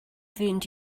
fynd